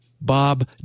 Bob